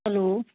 hello